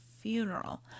funeral